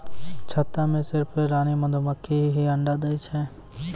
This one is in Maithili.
छत्ता मॅ सिर्फ रानी मधुमक्खी हीं अंडा दै छै